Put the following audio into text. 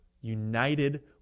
united